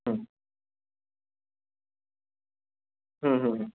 হুম হুম হুম হুম